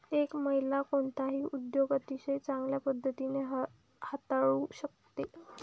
एक महिला कोणताही उद्योग अतिशय चांगल्या पद्धतीने हाताळू शकते